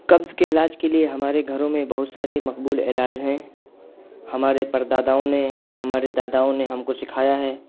قبض کے علاج کے لیے ہمارے گھروں میں بہت سارے مقبول علاج ہیں ہمارے پرداداؤں نے ہمارے داداؤں نے ہم کو سکھایا ہے